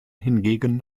hingegen